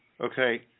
okay